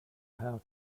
how